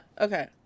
okay